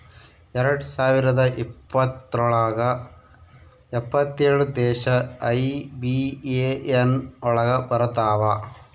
ಎರಡ್ ಸಾವಿರದ ಇಪ್ಪತ್ರೊಳಗ ಎಪ್ಪತ್ತೇಳು ದೇಶ ಐ.ಬಿ.ಎ.ಎನ್ ಒಳಗ ಬರತಾವ